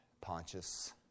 Pontius